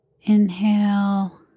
Inhale